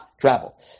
travel